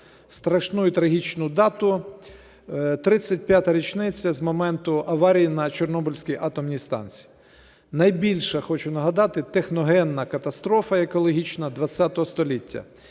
страшну і трагічну дату – 35-річниця з моменту аварії на Чорнобильській атомній станції. Найбільша, хочу нагадати, техногенна катастрофа екологічна ХХ століття,